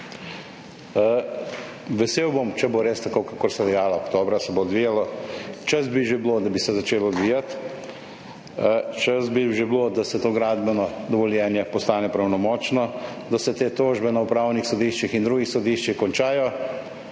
Vesel bom, če bo res tako, kakor ste dejali, da se bo oktobra odvijalo. Čas bi že bil, da bi se začelo odvijati. Čas bi že bil, da to gradbeno dovoljenje postane pravnomočno, da se te tožbe na upravnih sodiščih in drugih sodiščih končajo